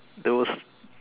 those